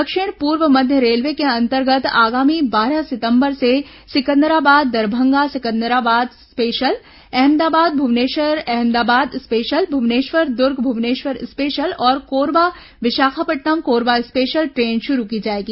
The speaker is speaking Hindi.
दक्षिण पूर्व मध्य रेलवे के अंतर्गत आगामी बारह सितंबर से Secunderabad Darbhanga Secunderabad special Ahmedabad Bhubaneswar Ahmedabad special Bhubaneswar Durg Bhubaneswar special और कोरबा विशाखापट्टनम कोरबा स्पेशल ट्रेन शुरू की जाएगी